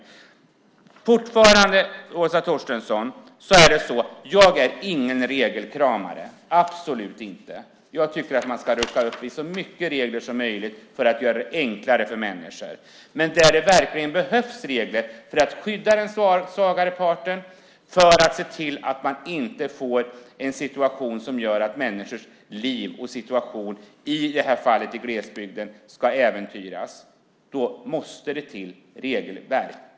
Jag är fortfarande, Åsa Torstensson, ingen regelkramare - absolut inte. Jag tycker att man ska luckra upp så många regler som möjligt för att göra det enklare för människor. Men där det verkligen behövs regler för att skydda den svagare parten måste det till regelverk - för att se till att människors liv i glesbygden inte äventyras.